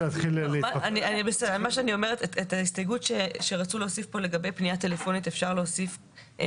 את ההסתייגות שרצו להוסיף פה לגבי פנייה טלפונית אפשר להוסיף.